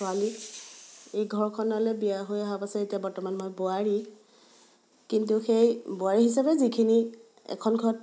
ছোৱালী এই ঘৰখনলৈ বিয়া হৈ অহা পাছত এতিয়ালৈ বৰ্তমান মই বোৱাৰী কিন্তু সেই বোৱাৰী হিচাপে যিখিনি এখন ঘৰত